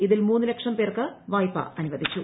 ഇതിൽ മൂന്ന് ലക്ഷം പേർക്ക് വായ്പ അനുവദിച്ചു